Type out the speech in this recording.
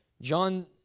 John